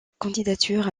candidature